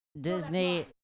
Disney